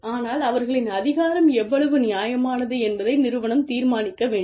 ஆனால் அவர்களின் அதிகாரம் எவ்வளவு நியாயமானது என்பதை நிறுவனம் தீர்மானிக்க வேண்டும்